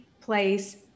place